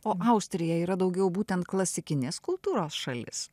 o austrija yra daugiau būtent klasikinės kultūros šalis